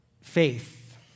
Faith